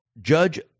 Judge